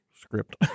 script